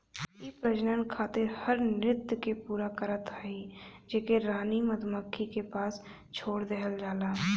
इ प्रजनन खातिर हर नृत्य के पूरा करत हई जेके रानी मधुमक्खी के पास छोड़ देहल जाला